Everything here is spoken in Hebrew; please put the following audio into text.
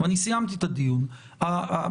ואני סיימתי את הדיון בנושא.